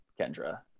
Kendra